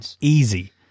Easy